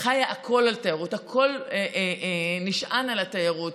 חיה כולה על תיירות, הכול נשען על תיירות.